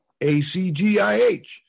ACGIH